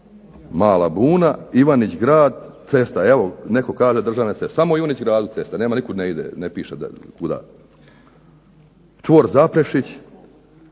Mala Buna, Ivanić Grad, evo netko kaže državne ceste. Samo u Ivanić Gradu nema, nikud ne ide, ne piše kuda. Čvor Zaprešić,